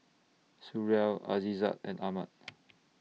Suria Aizat and Ahmad